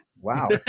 Wow